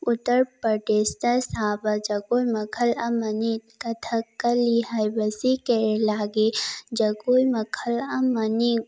ꯎꯠꯇꯔ ꯄ꯭ꯔꯗꯦꯁꯇ ꯁꯥꯕ ꯖꯒꯣꯏ ꯃꯈꯜ ꯑꯃꯅꯤ ꯀꯊꯛ ꯀꯂꯤ ꯍꯥꯏꯕꯁꯤ ꯀꯦꯔꯦꯂꯥꯒꯤ ꯖꯒꯣꯏ ꯃꯈꯜ ꯑꯃꯅꯤ